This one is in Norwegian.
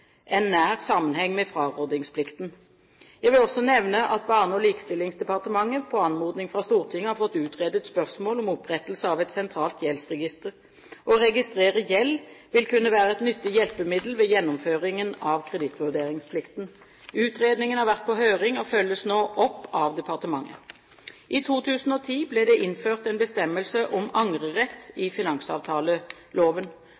en nær sammenheng med frarådingsplikten. Jeg vil også nevne at Barne- og likestillingsdepartementet på anmodning fra Stortinget har fått utredet spørsmålet om opprettelse av et sentralt gjeldsregister. Å registrere gjeld vil kunne være et nyttig hjelpemiddel ved gjennomføringen av kredittvurderingsplikten. Utredningen har vært på høring og følges nå opp av departementet. I 2010 ble det innført en bestemmelse om angrerett